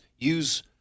Use